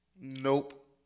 Nope